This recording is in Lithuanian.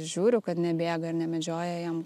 žiūriu kad nebėga ir nemedžioja jam